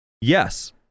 Yes